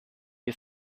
ihr